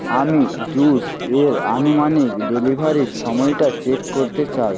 আমি জুস এর আনুমানিক ডেলিভারির সময়টা চেক করতে চাই